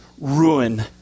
ruin